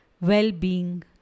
well-being